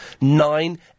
nine